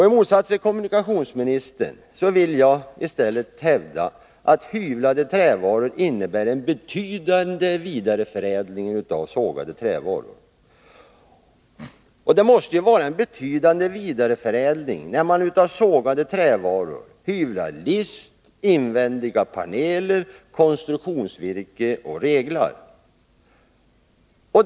I motsats till kommunikationsministern vill jag hävda att hyvlade trävaror innebär en betydande vidareförädling av sågade trävaror. Det måste ju vara så, eftersom man av sågade trävaror hyvlar list, invändiga paneler, konstruktionsvirke och reglar.